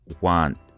want